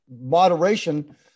moderation